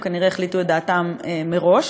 הם כנראה החליטו את דעתם מראש,